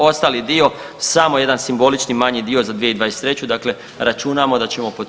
Ostali dio samo jedan simbolični manji dio za 2023., dakle računamo da ćemo